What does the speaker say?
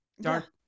dark